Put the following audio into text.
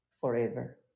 forever